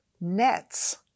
nets